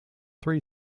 three